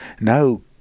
No